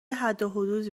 حدودی